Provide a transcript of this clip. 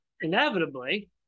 inevitably